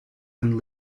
and